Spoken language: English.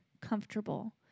comfortable